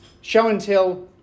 show-and-tell